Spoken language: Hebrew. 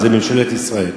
זה ממשלת ישראל.